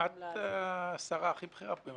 את השרה הכי בכירה כאן.